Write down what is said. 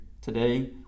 Today